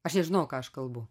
aš nežinau ką aš kalbu